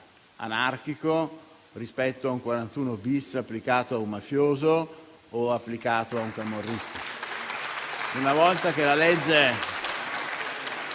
anarchico rispetto a un 41-*bis* applicato a un mafioso o a un camorrista.